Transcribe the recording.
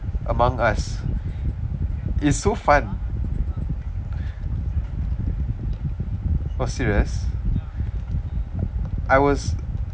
among us it's so fun !wah! serious I was